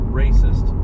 racist